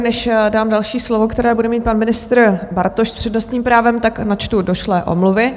Než dám další slovo, které bude mít pan ministr Bartoš s přednostním právem, načtu došlé omluvy.